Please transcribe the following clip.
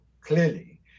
clearly